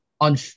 on